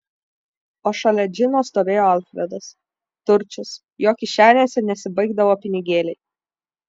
o šalia džino stovėjo alfredas turčius jo kišenėse nesibaigdavo pinigėliai